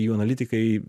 jų analitikai